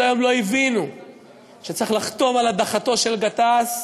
היום לא הבינו שצריך לחתום על הדחתו של גטאס,